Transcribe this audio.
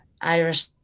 Irish